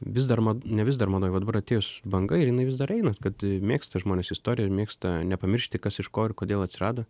vis dar man ne vis dar man va jau dabar atėjus banga ir jinai vis dar eina kad mėgsta žmonės istoriją ir mėgsta nepamiršti kas iš ko ir kodėl atsirado